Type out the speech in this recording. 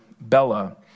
Bella